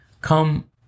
come